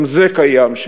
גם זה קיים שם.